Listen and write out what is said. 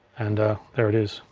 and there it is.